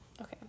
Okay